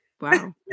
Wow